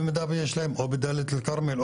או בדליית אל כרמל,